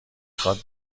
خواد